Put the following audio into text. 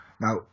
Now